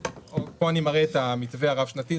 פה אני מראה את המתווה הרב שנתי,